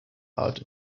art